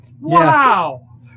Wow